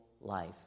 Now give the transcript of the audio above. life